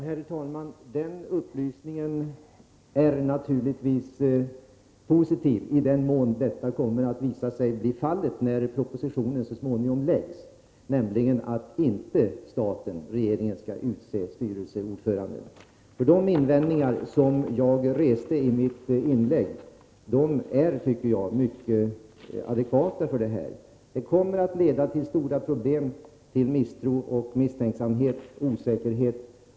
Herr talman! Denna upplysning är naturligtvis positiv i den mån propositionen så småningom kommer att visa att regeringen inte skall utse styrelseordförande. De invändningar som jag reste i mitt inlägg är, tycker jag, mycket adekvata isammanhanget. Förfarandet kommer att leda till stora problem, till misstro, misstänksamhet och osäkerhet.